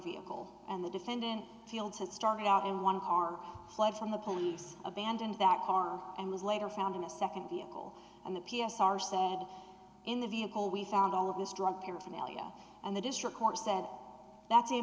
vehicle and the defendant fields had started out in one car fled from the police abandoned that car and was later found in a nd vehicle and the p s r said in the vehicle we found all of this drug paraphernalia and the district court said that's a